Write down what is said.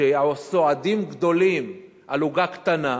כשהסועדים מרובים והעוגה קטנה,